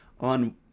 on